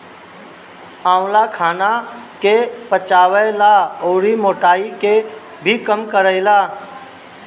आंवला खाना के पचावे ला अउरी मोटाइ के भी कम करेला